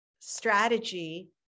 strategy